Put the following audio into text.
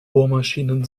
bohrmaschinen